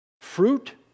Fruit